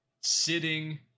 sitting